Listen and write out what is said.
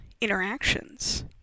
interactions